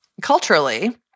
culturally